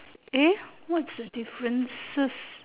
eh what's the differences